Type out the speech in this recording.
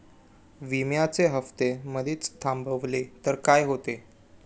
विम्याचे हफ्ते मधेच थांबवले तर काय होते?